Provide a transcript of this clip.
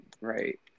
right